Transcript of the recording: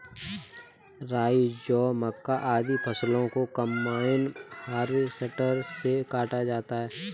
राई, जौ, मक्का, आदि फसलों को कम्बाइन हार्वेसटर से काटा जाता है